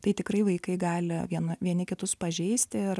tai tikrai vaikai gali viena vieni kitus pažeisti ir